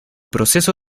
proceso